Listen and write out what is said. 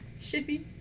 Shippy